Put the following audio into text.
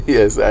Yes